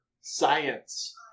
science